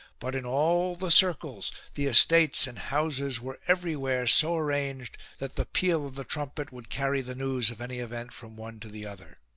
but in all the circles the estates and houses were every where so arranged that the peal of the trumpet would carry the news of any event from one to the other.